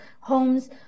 homes